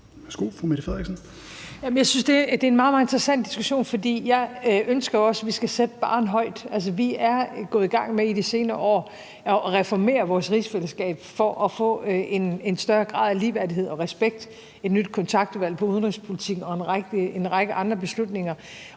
Jeg synes, det er en meget, meget interessant diskussion, for jeg ønsker jo også, at vi skal sætte barren højt. Vi er i de senere år gået i gang med at reformere vores rigsfællesskab for at få en større grad af ligeværdighed og respekt – et nyt kontaktudvalg i forhold til udenrigspolitikken og en række andre beslutninger.